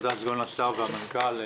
אדוני סגן השר והמנכ"ל.